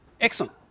Excellent